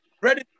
Ready